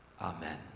amen